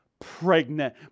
pregnant